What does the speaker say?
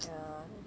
ya